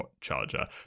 charger